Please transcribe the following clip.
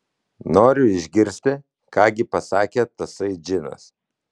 noriu išgirsti ką gi pasakė tasai džinas